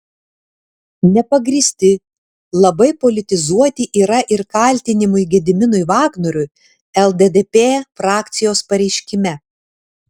nepagrįsti labai politizuoti yra ir kaltinimai gediminui vagnoriui lddp frakcijos pareiškime